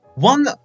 One